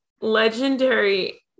legendary